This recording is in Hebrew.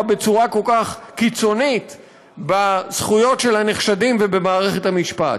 בצורה כל כך קיצונית בזכויות של הנחשדים ובמערכת המשפט?